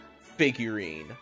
figurine